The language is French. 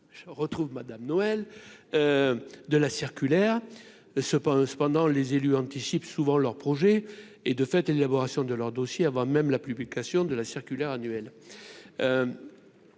je retrouve Madame Noël de la circulaire, cependant, cependant, les élus anticipe souvent leur projet et de fait et l'élaboration de leur dossier avant même la publication de la circulaire annuelle